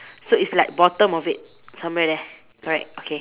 so it's like bottom of it somewhere there correct okay